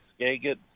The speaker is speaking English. Skagit